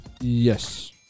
Yes